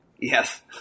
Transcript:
Yes